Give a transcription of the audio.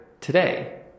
today